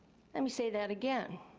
let me say that again.